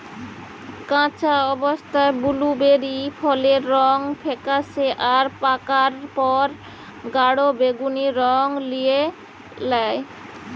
কাঁচা অবস্থায় বুলুবেরি ফলের রং ফেকাশে আর পাকার পর গাঢ় বেগুনী রং লিয়ে ল্যায়